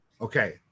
okay